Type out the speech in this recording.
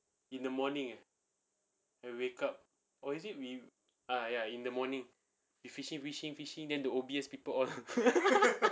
in the morning when we wake up or is it we ah ya in the morning we fishing fishing fishing then the O_B_S people all